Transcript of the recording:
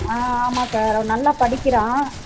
ஆ ஆமாம் சார் நல்லா படிக்கிறான்